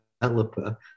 developer